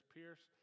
Pierce